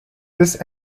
this